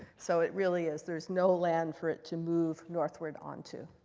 so it really is there's no land for it to move northward onto.